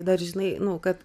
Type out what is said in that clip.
dar žinai nu kad